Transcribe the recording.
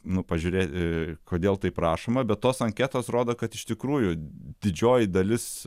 nu pažiūrėti kodėl taip rašoma bet tos anketos rodo kad iš tikrųjų didžioji dalis